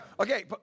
Okay